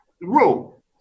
rule